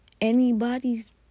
anybody's